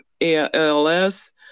ALS